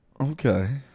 Okay